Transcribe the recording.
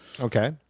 Okay